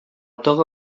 toga